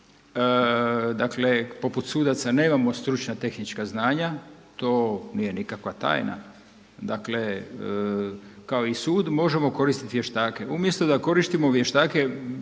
dakle poput sudaca nemamo stručna tehnička znanja, to nije nikakva tajna. Dakle kao i sud možemo koristiti vještake, umjesto da koristimo vještake